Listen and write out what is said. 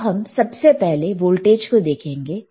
अब हम सबसे पहले वोल्टेज को देखेंगे